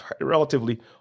relatively